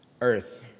earth